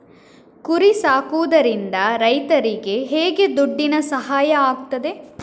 ಕುರಿ ಸಾಕುವುದರಿಂದ ರೈತರಿಗೆ ಹೇಗೆ ದುಡ್ಡಿನ ಸಹಾಯ ಆಗ್ತದೆ?